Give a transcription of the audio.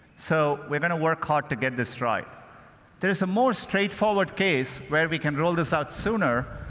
so, we're going to work hard to get this right. there is a more straightforward case where we can roll this out sooner,